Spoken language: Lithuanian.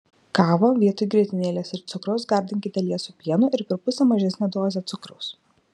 kavą vietoj grietinėlės ir cukraus gardinkite liesu pienu ir per pusę mažesne doze cukraus